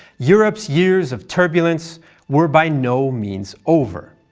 europe's years of turbulence were by no means over.